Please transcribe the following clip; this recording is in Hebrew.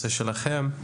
ואחד מהם הוא נושא השפה.